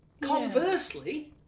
Conversely